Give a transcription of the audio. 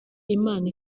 imana